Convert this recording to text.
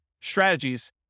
strategies